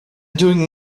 doing